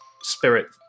spirit